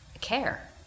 care